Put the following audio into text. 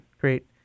great